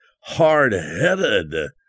hard-headed